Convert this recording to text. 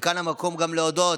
וכאן המקום גם להודות,